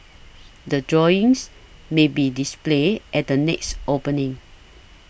the drawings may be displayed at the next opening